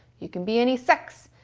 you can be any sex.